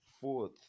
fourth